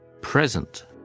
Present